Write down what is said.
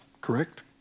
Correct